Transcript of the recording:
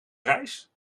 reis